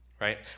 right